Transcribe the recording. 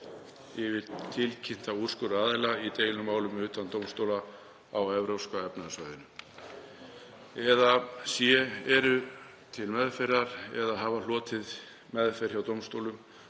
yfir tilkynnta úrskurðaraðila í deilumálum utan dómstóla á Evrópska efnahagssvæðinu, eða c. eru til meðferðar eða hafa hlotið meðferð hjá dómstólum.